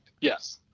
yes